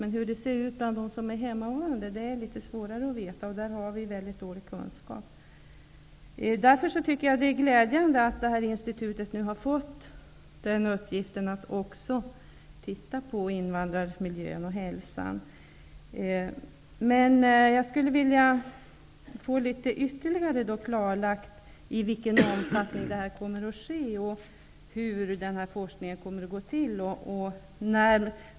Men det är svårare att veta hur situationen är bland de kvinnor som är hemmavarande. Där har vi väldigt dålig kunskap. Jag tycker därför att det är glädjande att Institutet för psykosocial miljömedicin nu har fått uppgiften att också se över invandrarmiljön och hälsan. Men jag vill få ytterligare klarlagt i vilken omfattning detta kommer att ske och hur forskningen kommer att gå till.